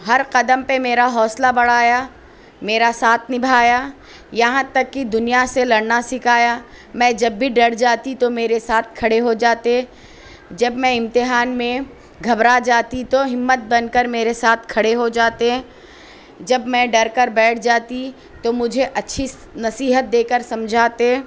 ہر قدم پہ میرا حوصلہ بڑھایا میرا ساتھ نبھایا یہاں تک کہ دنیا سے لڑنا سکھایا میں جب بھی ڈر جاتی تو میرے ساتھ کھڑے ہو جاتے جب میں امتحان میں گھبرا جاتی تو ہمت بن کر میرے ساتھ کھڑے ہو جاتے جب میں ڈر کر بیٹھ جاتی تو مجھے اچھی نصیحت دے کر سمجھاتے